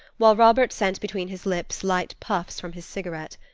while robert sent between his lips light puffs from his cigarette.